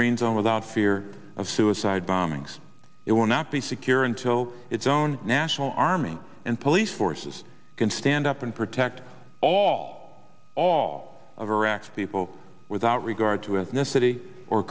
green zone without fear of suicide bombings it will not be secure until its own national army and police forces can stand up and protect all all of iraq's people without regard to ethnicity or